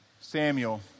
Samuel